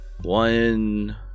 one